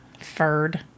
Furred